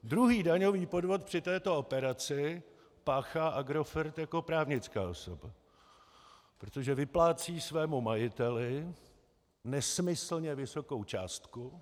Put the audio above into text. Druhý daňový podvod při této operaci páchá Agrofert jako právnická osoba, protože vyplácí svému majiteli nesmyslně vysokou částku.